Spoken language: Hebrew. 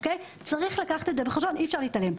צריך לקחת את זה בחשבון, אי אפשר להתעלם.